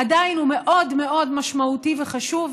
עדיין הוא מאוד משמעותי וחשוב,